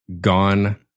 gone